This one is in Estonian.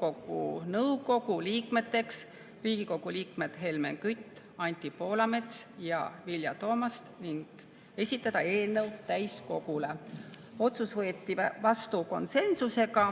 nõukogu liikmeteks Riigikogu liikmed Helmen Kütt, Anti Poolamets ja Vilja Toomast ning esitada eelnõu täiskogule. Otsus võeti vastu konsensusega